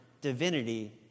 divinity